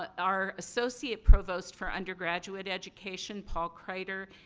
our associate provost for undergraduate education, paul kreider,